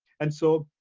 and so,